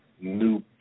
new